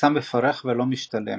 מסע מפרך ולא משתלם,